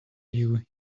you